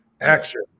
action